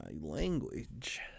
language